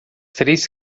três